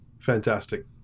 Fantastic